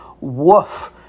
Woof